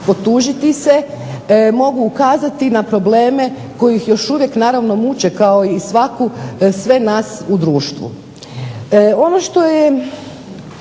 potužiti se, mogu ukazati na probleme koje ih naravno još muče kao i sve nas u društvu.